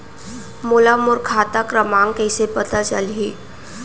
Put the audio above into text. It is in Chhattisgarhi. मोला मोर खाता क्रमाँक कइसे पता चलही?